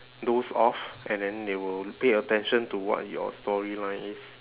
doze off and then they will pay attention to what your story line is